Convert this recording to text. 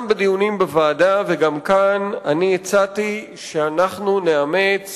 גם בדיונים בוועדה וגם כאן אני הצעתי שאנחנו נאמץ